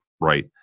right